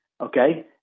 Okay